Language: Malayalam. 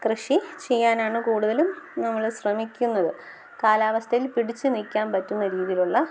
കൃഷി ചെയ്യാനാണ് കൂടുതലും ഞങ്ങൾ ശ്രമിക്കുന്നത് കാലാവസ്ഥയിൽ പിടിച്ചു നിൽക്കാൻ പറ്റുന്ന രീതിയിലുള്ള